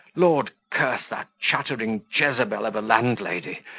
lord curse that chattering jezebel of a landlady,